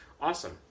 awesome